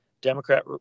Democrat